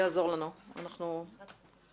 יהיה פתרון בו במסגרת שיקום הנחל נוכל